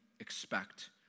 expect